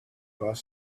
bus